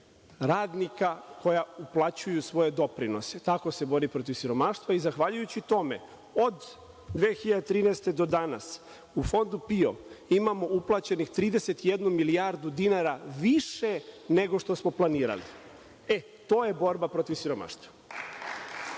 radnika koji uplaćuju svoje doprinose. Tako se bori protiv siromaštva i zahvaljujući tome od 2013. godine do danas u Fondu PIO imamo uplaćenu 31 milijardu dinara više nego što smo planirali. E, to je borba protiv siromaštva. Pošto